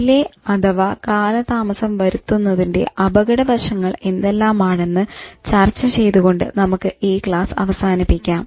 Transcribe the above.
delay അഥവാ കാലതാമസം വരുത്തുന്നതിന്റെ അപകടവശങ്ങൾ എന്തെല്ലാമാണെന്ന് ചർച്ച ചെയ്തുകൊണ്ട് നമുക്ക് ഈ ക്ലാസ്സ് അവസാനിപ്പിക്കാം